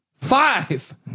five